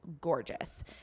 gorgeous